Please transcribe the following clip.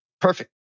Perfect